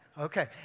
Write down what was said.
Okay